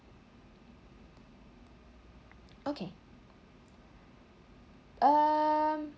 okay um